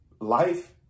life